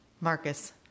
Marcus